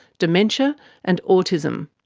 dementia and autism.